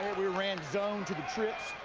we ran zone to the trip,